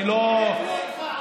אני לא, הם הטעו אותך,